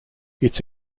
its